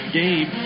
game